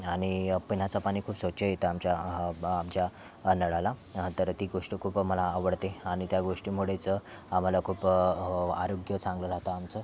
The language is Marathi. आणि पिण्याचं पाणी खूप स्वच्छ येतं आमच्या आमच्या नळाला तर ती गोष्ट खूप मला आवडते आणि त्या गोष्टीमुळेच आम्हाला खूप आरोग्य चांगलं राहतं आमचं